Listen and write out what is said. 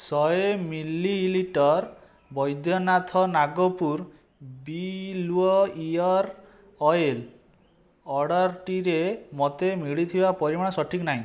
ଶହେ ମିଲିଲିଟର୍ ବୈଦ୍ୟନାଥ ନାଗପୁର ବିଲ୍ୱ ear oil ଅର୍ଡ଼ର୍ଟିରେ ମୋତେ ମିଳିଥିବା ପରିମାଣ ସଠିକ୍ ନାହିଁ